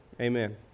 amen